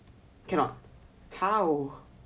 cannot how